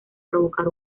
provocar